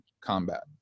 combat